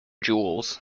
jewels